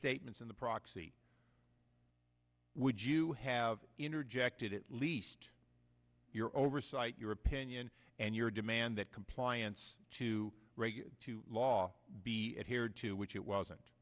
misstatements in the proxy would you have interjected at least your oversight your opinion and your demand that compliance to law be adhered to which it wasn't